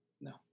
No